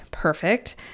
perfect